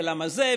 למה זה?